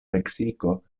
meksiko